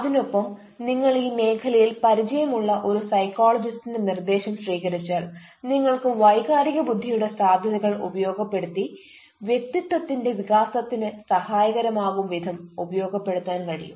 അതിനൊപ്പം നിങ്ങൾ ഈ മേഖലയിൽ പരിചയം ഉള്ള ഒരു സൈക്കോളജിസ്റ്റിന്റെ നിർദേശം സ്വീകരിച്ചാൽ നിങ്ങൾക്ക് വൈകാരിക ബുദ്ധിയുടെ സാധ്യതകൾ ഉപയോഗപ്പെടുത്തി വ്യക്തിത്വത്തിന്റെ വികാസത്തിന് സഹായകരമാകും വിധം ഉപയോഗപ്പെടുത്താൻ കഴിയും